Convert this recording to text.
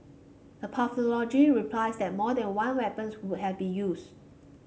the pathologist replied that more than one weapon could have been used